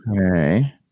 Okay